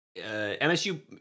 MSU